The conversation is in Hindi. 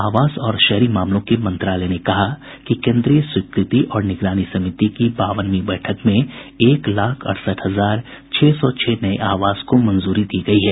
आवास और शहरी मामलों के मंत्रालय ने कहा कि केन्द्रीय स्वीकृति और निगरानी समिति की वावनवीं बैठक में एक लाख अड़सठ हजार छह सौ छह नये आवास को मंजूरी दी गई है